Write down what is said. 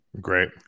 Great